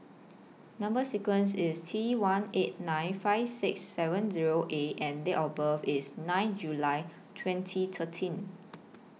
Number sequence IS T one eight nine five six seven Zero A and Date of birth IS nine July twenty thirteen